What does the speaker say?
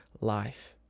life